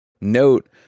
Note